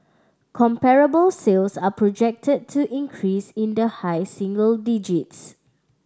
comparable sales are projected to increase in the high single digits